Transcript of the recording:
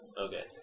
Okay